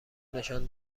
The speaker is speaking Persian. نشان